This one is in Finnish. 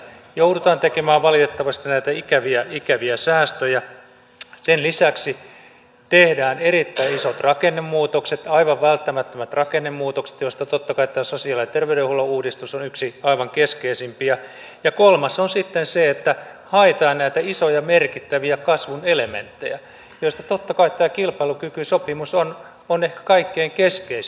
joudutaan tekemään valitettavasti näitä ikäviä säästöjä sen lisäksi tehdään erittäin isot rakennemuutokset aivan välttämättömät rakennemuutokset joista totta kai tämä sosiaali ja terveydenhuollon uudistus on yksi aivan keskeisimpiä ja kolmas on sitten se että haetaan näitä isoja merkittäviä kasvun elementtejä joista totta kai tämä kilpailukykysopimus on ehkä kaikkein keskeisin